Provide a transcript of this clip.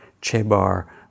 Chebar